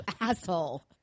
asshole